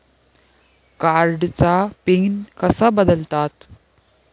कार्डचा पिन कसा बदलतात?